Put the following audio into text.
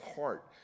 heart